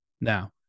Now